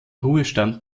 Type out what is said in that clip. ruhestand